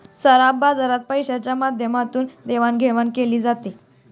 सराफा बाजारात पैशाच्या माध्यमातून देवाणघेवाण केली जाते